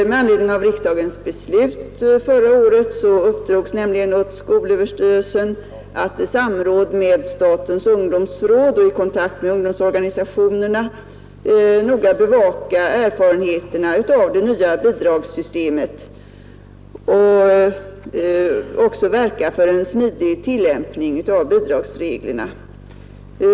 Med anledning av riksdagens beslut förra året uppdrogs nämligen åt skolöverstyrelsen att i samråd med statens ungdomsråd och i kontakt med ungdomsorganisationerna noga bevaka erfarenheterna av det nya bidragssystemet och också verka för en smidig tillämpning av bidragsreglerna.